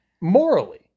Morally